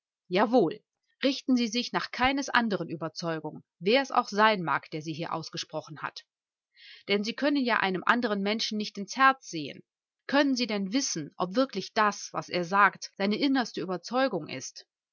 richten sie sich nach keines anderen überzeugung wer es auch sein mag der sie hier ausgesprochen hat denn sie können ja einem anderen menschen nicht ins herz sehen können sie denn wissen ob wirklich das was er sagt seine innerste überzeugung ist